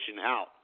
out